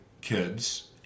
kids